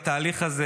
בתהליך הזה,